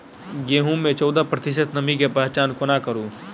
गेंहूँ मे चौदह प्रतिशत नमी केँ पहचान कोना करू?